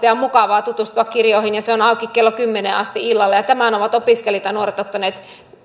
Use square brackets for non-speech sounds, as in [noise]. [unintelligible] ja mukavaa tutustua kirjoihin se on auki kello kymmeneen asti illalla tämän ovat opiskelijat ja nuoret ottaneet